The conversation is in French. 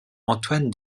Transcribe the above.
antoine